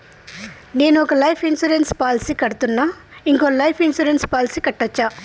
నేను ఒక life insurance policy కడ్తున్నా, ఇంకో లైఫ్ ఇన్సూరెన్స్ పాలసీ కట్టొచ్చా?